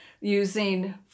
using